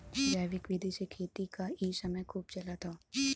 जैविक विधि से खेती क इ समय खूब चलत हौ